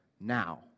now